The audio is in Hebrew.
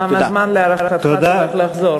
כמה זמן, להערכתך, צריך כדי לחזור?